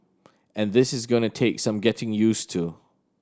and this is going to take some getting use to